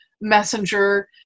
messenger